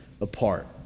apart